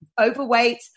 Overweight